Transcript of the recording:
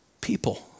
people